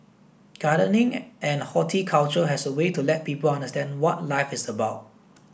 gardening and horticulture has a way to let people understand what life is about